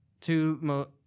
two